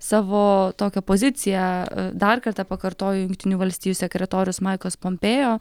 savoo tokią pozicijąą dar kartą pakartojo jungtinių valstijų sekretorius maiklas pompėjo